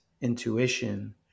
intuition